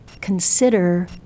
consider